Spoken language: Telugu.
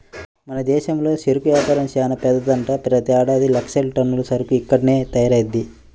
మన దేశంలో చెరుకు వ్యాపారం చానా పెద్దదంట, ప్రతేడాది లక్షల టన్నుల చెరుకు ఇక్కడ్నే తయారయ్యిద్ది